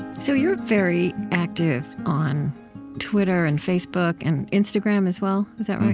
so you're very active on twitter and facebook and instagram as well. is that right?